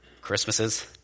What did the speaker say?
Christmases